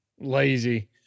Lazy